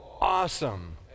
Awesome